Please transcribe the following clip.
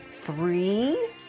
three